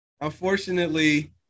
Unfortunately